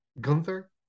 Gunther